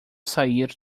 sair